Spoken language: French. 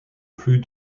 plus